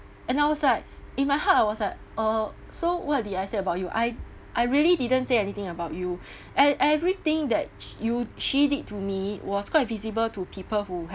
and I was like in my heart I was like uh so what did I said about you I I really didn't say anything about you and everything that you she did to me was quite visible to people who